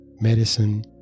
medicine